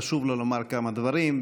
חשוב לו לומר כמה דברים,